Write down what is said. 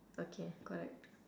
okay correct